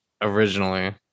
Originally